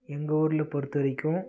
எங்கள் ஊரில் பொறுத்தவரைக்கும்